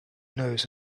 nose